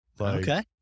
Okay